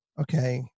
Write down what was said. Okay